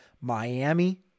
Miami